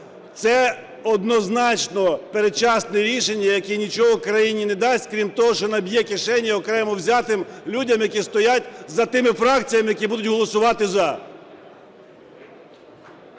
Це однозначно передчасне рішення, яке нічого Україні не дасть, крім того, що наб'є кишені окремо взятим людям, які стоять за тими фракціями, які будуть голосувати "за".